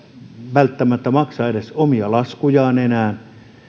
välttämättä maksa edes omia laskujaan enää